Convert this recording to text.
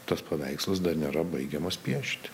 tas paveikslas dar nėra baigiamas piešti